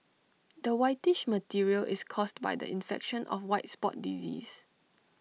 the whitish material is caused by the infection of white spot disease